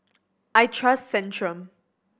I trust Centrum